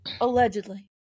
allegedly